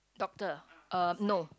doctor uh no